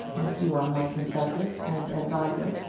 as you are my confessor and adviser.